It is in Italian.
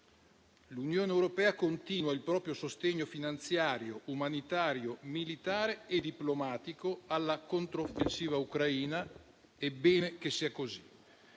L'Unione europea continua il proprio sostegno finanziario, umanitario, militare e diplomatico alla controffensiva ucraina ed è bene che sia così.